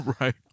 Right